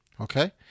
okay